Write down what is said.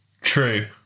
True